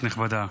כן,